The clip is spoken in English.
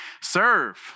Serve